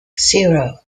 zero